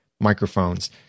microphones